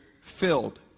filled